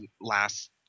last